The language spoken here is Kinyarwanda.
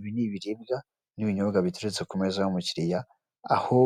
Ibi ni ibiribwa n'ibinyobwa biteretse ku meza y'umukiliya aho